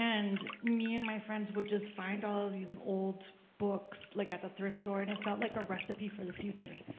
and i mean my friends would just find all these old books, like at the thrift store, and it felt like a recipe for the future.